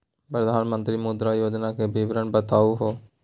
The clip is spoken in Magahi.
प्रधानमंत्री मुद्रा योजना के विवरण बताहु हो?